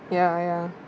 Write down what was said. ya ya